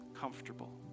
comfortable